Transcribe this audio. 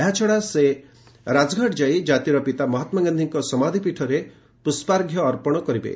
ଏହାଛଡ଼ା ସେ ରାଜଘାଟ ଯାଇ ଜାତିର ପିତା ମହାତ୍ମା ଗାନ୍ଧୀଙ୍କ ସମାଧୀରେ ପୁଷ୍ପାର୍ଘ୍ୟ ଅର୍ପଣ କରିବେ